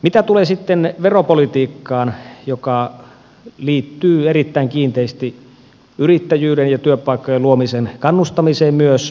mitä tulee sitten veropolitiikkaan joka liittyy erittäin kiinteästi yrittäjyyden ja työpaikkojen luomisen kannustamiseen myös